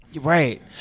Right